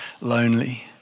lonely